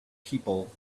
people